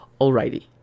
Alrighty